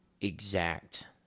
exact